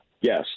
Yes